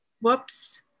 whoops